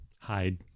hide